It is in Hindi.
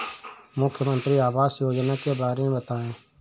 मुख्यमंत्री आवास योजना के बारे में बताए?